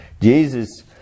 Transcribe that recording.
Jesus